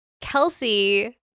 Kelsey